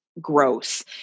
gross